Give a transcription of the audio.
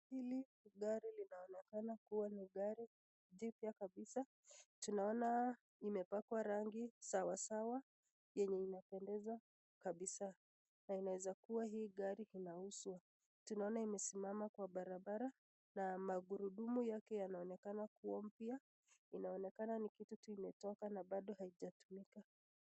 Hili ni gari linaonekana kua ni gari jipya kabisa tunaona imepakwa rangi sawa sawa yenye inapendeza kabisa na inaweza kua hii gari inauzwa. Tunaona imesimama kwa barabara na magurudumu yanaonekana yake kuwa mpya, inaonekana ni kitu tu imetoka na bado hijatumika.